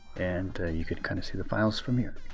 and you can kind of see the files from here.